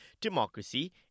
democracy